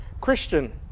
Christian